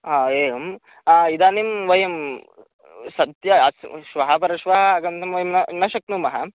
आ एवम् इदानीं वयं सद्य अस् श्वः परश्वः आगन्तुं वयं न न शक्नुमः